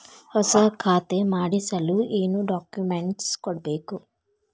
ಹೊಸ ಖಾತೆ ಮಾಡಿಸಲು ಏನು ಡಾಕುಮೆಂಟ್ಸ್ ಕೊಡಬೇಕು?